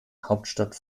hauptstadt